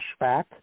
flashback